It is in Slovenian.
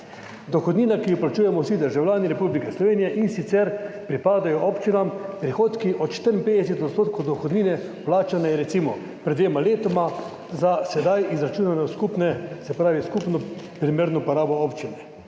Dohodnina, ki jo plačujemo vsi državljani Republike Slovenije. In sicer pripadajo občinam prihodki od 54 % dohodnine, plačane pred dvema letoma za sedaj izračunano skupno primerno porabo občine.